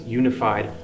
unified